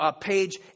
page